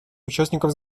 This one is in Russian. участников